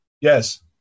yes